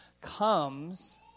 comes